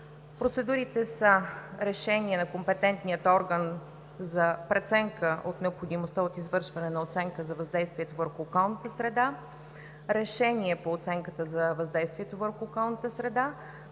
Процедурите са: - решение на компетентния орган за преценка от необходимостта от извършване на оценка за въздействието върху околната среда; - решение по оценката за въздействието върху околната среда,